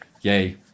yay